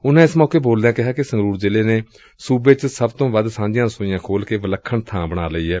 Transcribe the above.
ਉਨੁਾਂ ਏਸ ਮੌਕੇ ਬੋਲਦਿਆਂ ਕਿਹਾ ਕਿ ਸੰਗਰੁਰ ਜ਼ਿਲ੍ਹੇ ਨੇ ਸੁਬੇ ਚ ਸਭ ਤੋ ਵੱਧ ਸਾਂਝੀਆਂ ਰਸੋਈਆਂ ਖੋਲੂ ਕੇ ਵਿਲੱਖਣ ਬਾਂ ਬਣਾ ਲਈ ਏ